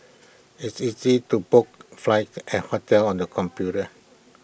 it's easy to book flights and hotels on the computer